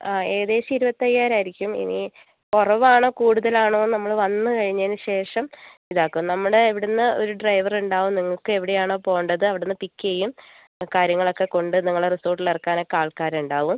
ഏകദേശം ഇരുപത്തയ്യായിരം ആയിരിക്കും ഇനി കുറവാണോ കൂടുതലാണോ എന്ന് നമ്മൾ വന്നുകഴിഞ്ഞതിനുശേഷം ഇതാക്കും നമ്മുടെ ഇവിടുന്ന് ഒരു ഡ്രൈവർ ഉണ്ടാവും നിങ്ങൾക്ക് എവിടെയാണോ പോവേണ്ടത് അവിടുന്ന് പിക്ക് ചെയ്യും കാര്യങ്ങളൊക്കെ കൊണ്ട് നിങ്ങളെ റിസോർട്ടിൽ ഇറക്കാനൊക്കെ ആൾക്കാരുണ്ടാവും